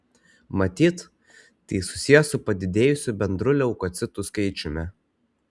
matyt tai susiję su padidėjusiu bendru leukocitų skaičiumi